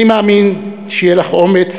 אני מאמין שיהיה לך אומץ